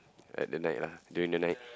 at the night lah during the night